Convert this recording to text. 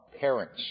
parents